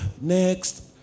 next